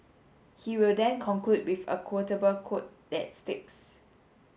he will then conclude with a quotable quote that sticks